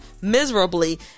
miserably